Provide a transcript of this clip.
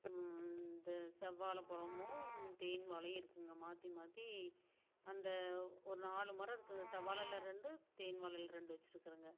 இந்த செவ்வாழை பழமும் தேன் வாழையும் இருக்குங்க மாற்றி மாற்றி அந்த ஒரு நாலு மரம் இருக்குது செவ்வாழையில் ரெண்டு தேன் வாழையில் ரெண்டு வச்சிருக்குறோங்க